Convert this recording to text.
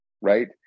right